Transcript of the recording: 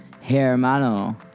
Hermano